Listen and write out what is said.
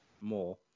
more